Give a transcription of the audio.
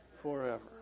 Forever